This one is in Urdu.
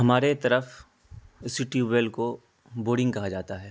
ہمارے طرف اسی ٹیوب ویل کو بورنگ کہا جاتا ہے